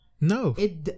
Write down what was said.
No